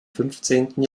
fünfzehnten